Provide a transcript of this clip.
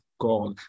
god